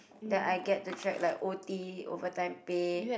that I get to track like O_T overtime pay